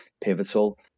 pivotal